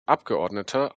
abgeordneter